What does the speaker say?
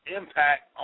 impact